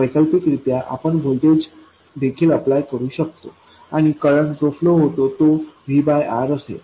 वैकल्पिकरित्या आपण व्होल्टेज देखील अप्लाय करू शकतो आणि करंट जो फ्लो होतो तो VR असेल